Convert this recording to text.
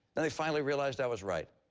then they finally realized i was right.